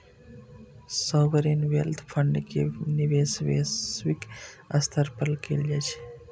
sovereign wealth fund के निवेश वैश्विक स्तर पर कैल जाइ छै